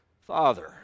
father